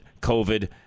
COVID